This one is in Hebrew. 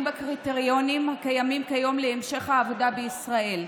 בקריטריונים הקיימים כיום להמשך העבודה בישראל.